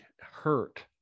hurt